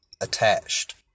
attached